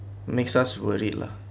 makes us worried lah